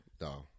No